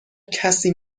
کسی